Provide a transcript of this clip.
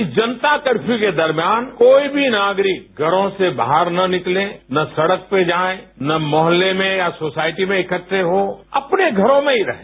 इस जनता कर्फ्यू के दरमियान कोई भी नागरिक घरों से बाहर न निकले न सड़क पर जाएं ना मोहल्ले में ना सोसायटी में इकठ्ठे हों अपने घरों में ही रहें